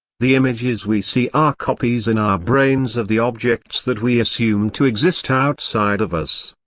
the images we see are copies in our brains of the objects that we assume to exist outside of us.